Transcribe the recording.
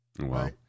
Wow